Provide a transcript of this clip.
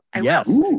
Yes